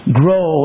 grow